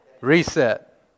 Reset